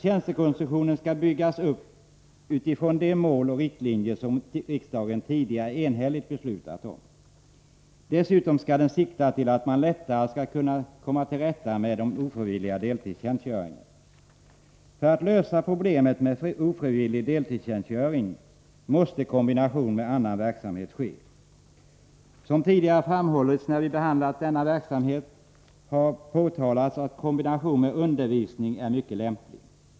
Tjänstekonstruktionen skall byggas upp utifrån de mål och riktlinjer som riksdagen tidigare enhälligt beslutat om. Dessutom skall den sikta till att man lättare skall komma till rätta med den ofrivilliga deltidstjänstgöringen. För att man skall kunna lösa problemet med ofrivillig deltidstjänstgöring måste en kombination med annan verksamhet ske. Som tidigare framhållits när vi behandlat denna verksamhet är kombination med undervisning mycket lämplig.